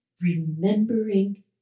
remembering